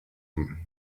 him